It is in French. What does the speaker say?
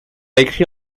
écrit